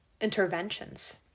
interventions